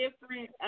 different